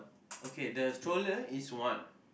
okay the stroller is one